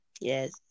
Yes